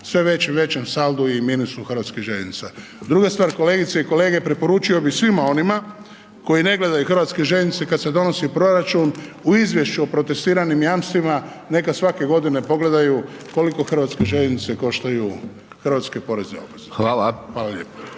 i većem saldu i minusu hrvatskih željeznica. Druga stvar, kolegice i kolege preporučio bi svima onima koji ne gledaju hrvatske željeznice kad se donosi proračun u izvješću o protestiranim jamstvima neka svake godine pogledaju koliko hrvatske željeznice koštaju hrvatske porezne obveznike. Hvala lijepo.